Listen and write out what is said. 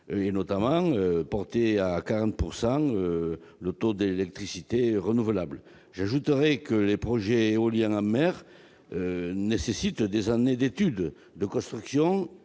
notamment le taux de 40 % d'électricité renouvelable. J'ajoute que les projets éoliens en mer nécessitent des années d'études, de construction